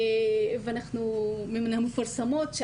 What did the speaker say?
מן המפורסמות,